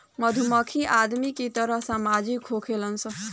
मधुमक्खी आदमी के तरह सामाजिक होखेली सन